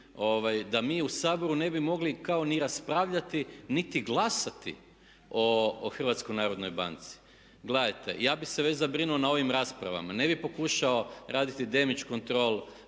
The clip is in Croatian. da mi u Saboru ne bi mogli kao ni raspravljati niti glasati o HNB-u. Gledajte, ja bih se već zabrinuo na ovim raspravama. Ne bih pokušao raditi damage control